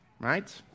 Right